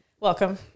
Welcome